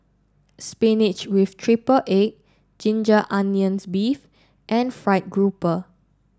Spinach with Triple Egg Ginger Onions Beef and Fried Grouper